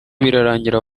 birarangira